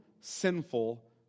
sinful